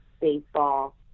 baseball